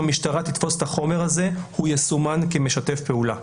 המשטרה תתפוס את החומר הזה הוא יסומן כמשתף פעולה.